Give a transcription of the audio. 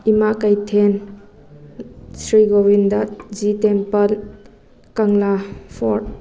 ꯏꯃꯥ ꯀꯩꯊꯦꯜ ꯁ꯭ꯔꯤ ꯒꯣꯕꯤꯟꯗꯖꯤ ꯇꯦꯝꯄꯜ ꯀꯪꯂꯥ ꯐꯣꯔꯗ